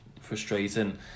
frustrating